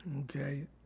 okay